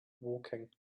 woking